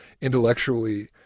intellectually